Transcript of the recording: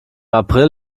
april